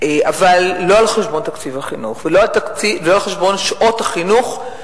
אבל לא על חשבון תקציב החינוך ולא על חשבון שעות החינוך,